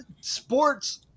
sports